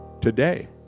today